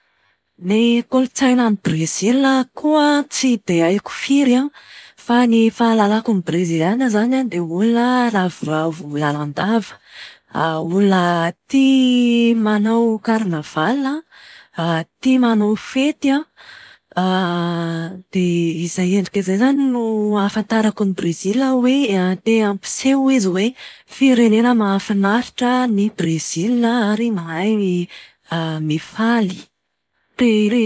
Ny kolotsaina any Brezila koa tsy dia haiko firy an. Fa ny fahalalako ny Breziliana dia olona ravoravo lalandava. Olona tia manao karnavalina, tia manao fety an, dia izay endrika izay zany no ahafantarako ny Brezila hoe an te-hampiseho izy hoe firenena mahafinaritra ny Brezila ary mahay mifaly.